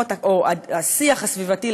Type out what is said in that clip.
או השיח הסביבתי,